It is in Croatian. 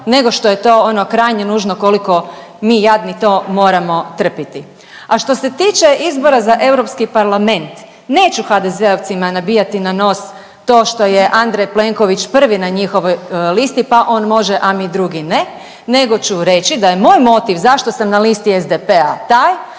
nego što je to ono krajnje nužno koliko mi jadni to moramo trpiti. A što se tiče izbora za Europski parlament neću HDZ-ovcima nabijati na nos to što je Andrej Plenković prvi na njihovoj listi pa on može, a mi drugi ne, nego ću reći da je moj motiv zašto sam na listi SDP-a taj